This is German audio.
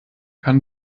kann